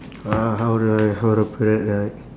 uh how do I how do I put it like